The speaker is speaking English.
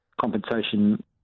compensation